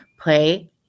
Play